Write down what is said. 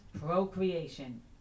procreation